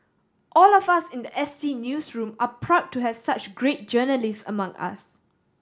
all of us in the S T newsroom are proud to have such great journalist among us